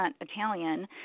Italian